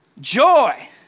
joy